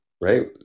right